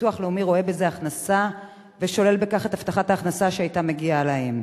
ביטוח לאומי רואה בזה הכנסה ושולל בכך את הבטחת ההכנסה שהיתה מגיעה להם,